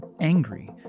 angry